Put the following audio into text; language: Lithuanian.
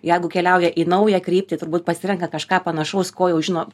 jeigu keliauja į naują kryptį turbūt pasirenka kažką panašaus ko jau žino